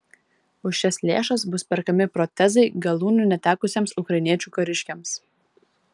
už šias lėšas bus perkami protezai galūnių netekusiems ukrainiečių kariškiams